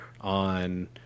on